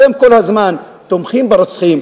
אתם כל הזמן תומכים ברוצחים,